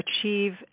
achieve